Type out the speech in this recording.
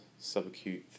subacute